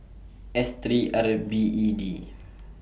S three R L B E D